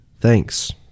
Thanks